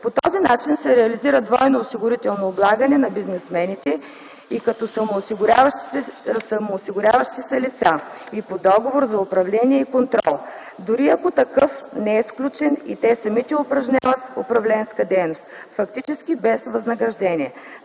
По този начин се реализира двойно осигурително облагане на бизнесмените – и като самоосигуряващи се лица, и по договор за управление и контрол, дори ако такъв не е сключен и те самите упражняват управленска дейност фактически без възнаграждение.